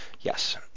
yes